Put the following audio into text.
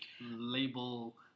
label